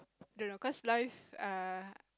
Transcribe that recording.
don't know cause life uh